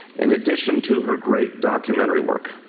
in addition to her great documentary work,